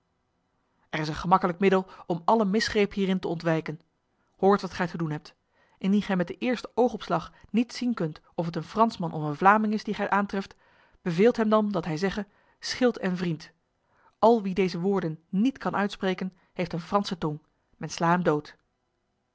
er is een gemakkelijk middel om alle misgreep hierin te ontwijken hoort wat gij te doen hebt indien gij met de eerste oogopslag niet zien kunt of het een fransman of een vlaming is die gij aantreft beveelt hem dan dat hij zegge schild en vriend al wie deze woorden niet kan uitspreken heeft een franse tong men sla hem dood